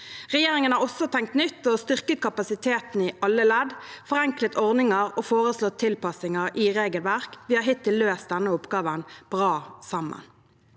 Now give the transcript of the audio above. Regjeringen har også tenkt nytt og styrket kapasiteten i alle ledd, forenklet ordninger og foreslått tilpasninger i regelverk. Vi har hittil løst denne oppgaven bra sammen.